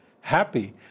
happy